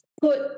put